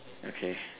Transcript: okay